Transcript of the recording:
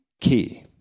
key